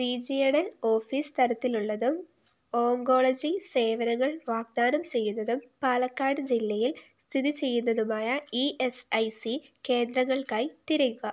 regional office തരത്തിലുള്ളതും oncology സേവനങ്ങൾ വാഗ്ദാനം ചെയ്യുന്നതും പാലക്കാട് ജില്ലയിൽ സ്ഥിതി ചെയ്യുന്നതുമായ ഇ എസ് ഐ സി കേന്ദ്രങ്ങൾക്കായി തിരയുക